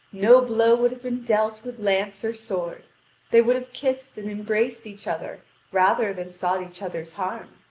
no blow would have been dealt with lance or sword they would have kissed and embraced each other rather than sought each other's harm.